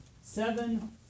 seven